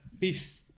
Peace